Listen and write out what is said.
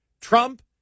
Trump